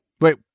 Wait